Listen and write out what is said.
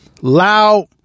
loud